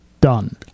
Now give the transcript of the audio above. done